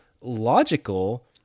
Logical